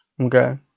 Okay